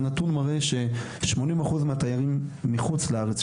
הנתון מראה ששמונים אחוז מהתיירים מחוץ לארץ,